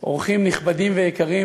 אורחים נכבדים ויקרים,